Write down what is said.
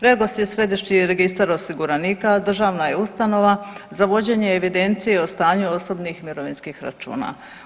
Regos je središnji registar osiguranika, a državna je ustanova za vođenje evidencije o stanju osobnih mirovinskih računa.